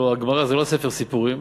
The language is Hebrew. הלוא הגמרא זה לא ספר סיפורים,